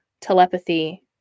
telepathy